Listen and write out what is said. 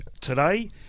today